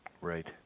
Right